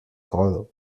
hollow